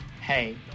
Hey